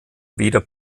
weder